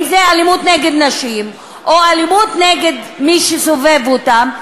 אם אלימות נגד נשים או אלימות נגד מי שסובב אותם,